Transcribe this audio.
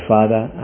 Father